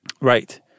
Right